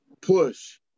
push